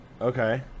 Okay